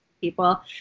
people